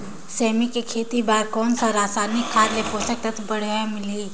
सेमी के खेती बार कोन सा रसायनिक खाद ले पोषक तत्व बढ़िया मिलही?